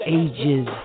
ages